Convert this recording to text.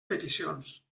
peticions